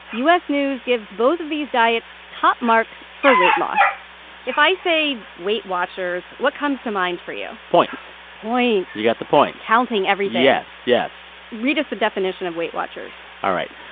u s. news gives both of these diets top marks for weight loss if i say weight watchers, what comes to mind for you? points points you got the points counting everything yes. yes read us the definition of weight watchers all right.